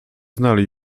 znali